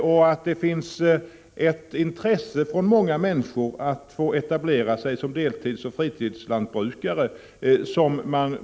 Dessutom bör man ta hänsyn till att många människor har ett intresse av att etablera sig som deltidsoch fritidslantbrukare.